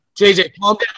JJ